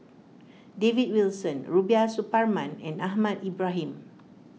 David Wilson Rubiah Suparman and Ahmad Ibrahim